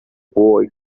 boy